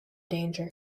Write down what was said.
danger